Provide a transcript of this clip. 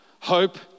hope